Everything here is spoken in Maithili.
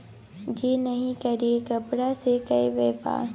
जे नहि करय कपाड़ से करय बेपार